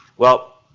well,